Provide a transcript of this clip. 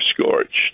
scorched